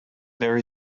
there